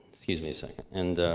excuse me a second. and